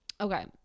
okay